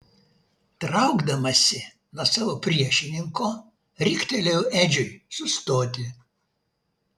traukdamasi nuo savo priešininko riktelėjau edžiui sustoti